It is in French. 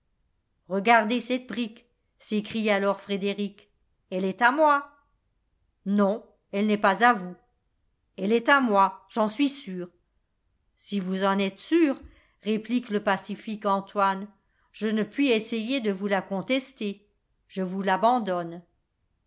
regardez cette brique s'écrie alors frédéric elle est à moi non elle n'est pas à vous elle est à moi j'en suis sûr si vous en êtes sur réplique le pacifique antoine je ne puis essayer de vous la contester je vous l'abandonne